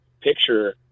picture